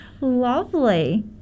Lovely